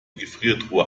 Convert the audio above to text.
gefriertruhe